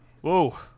Whoa